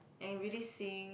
and really seeing